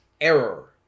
error